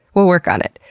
we'll work on it.